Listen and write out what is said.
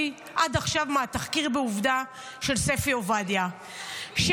עד עכשיו מהתחקיר בעובדה של ספי עובדיה -- תחקיר,